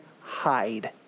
hide